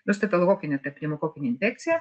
nu stafilokokinė ta pneumokokinė infekcija